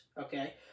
Okay